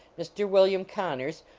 mr. william connors,